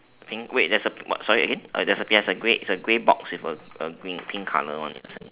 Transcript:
I think wait there's a sorry again there's a it's a grey it's a grey box with the green pink colour one inside